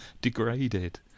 degraded